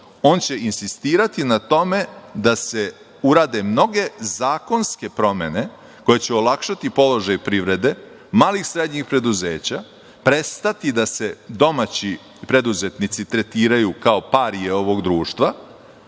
On će insistirati na tome da se urade mnoge zakonske promene koje će olakšati položaj privrede, malih i srednjih preduzeća, prestati da se domaći preduzetnici tretiraju kao parije ovog društva,